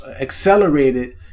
accelerated